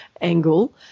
angle